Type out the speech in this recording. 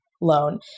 loan